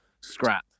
scrap